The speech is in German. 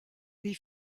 wie